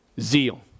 Zeal